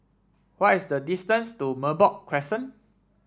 why is the distance to Merbok Crescent